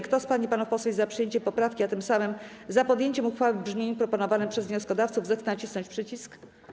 Kto z pań i panów posłów jest za przyjęciem poprawki, a tym samym za podjęciem uchwały w brzmieniu proponowanym przez wnioskodawców, zechce nacisnąć przycisk.